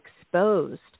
exposed